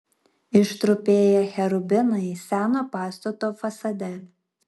ištrupėję cherubinai seno pastato fasade